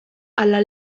hala